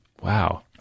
Wow